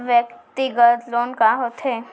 व्यक्तिगत लोन का होथे?